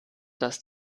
dass